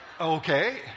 Okay